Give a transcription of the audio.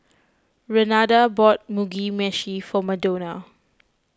Renada bought Mugi Meshi for Madonna